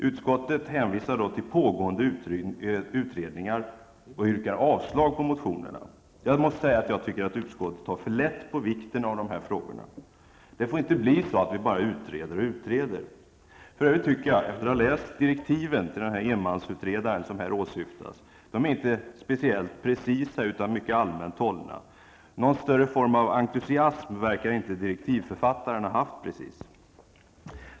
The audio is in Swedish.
Utskottet hänvisar till pågående utredningar och avstyrker motionerna. Jag måste säga att jag tycker att utskottet tar för lätt på vikten av dessa frågor. Det får inte bli så att vi bara utreder och utreder. För övrigt tycker jag, efter att ha läst direktiven till den enmansutredare som här åsyftas, att de inte är speciellt precisa utan mycket allmänt hållna. Någon större entusiasm verkar inte direktivförfattaren ha haft.